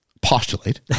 postulate